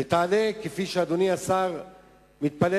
ותענה כפי שאדוני השר מתפלל,